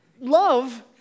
love